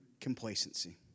complacency